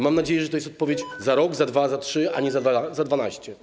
Mam nadzieję, że jest to odpowiedź: za rok, za dwa, za trzy, a nie za 12.